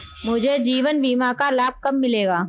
मुझे जीवन बीमा का लाभ कब मिलेगा?